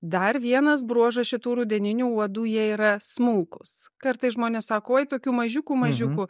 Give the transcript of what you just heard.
dar vienas bruožas šitų rudeninių uodų jie yra smulkūs kartais žmonės sako oi tokių mažiukų mažiukų